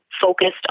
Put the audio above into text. focused